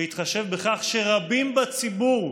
בהתחשב בכך שרבים בציבור,